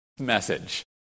message